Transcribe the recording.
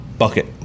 Bucket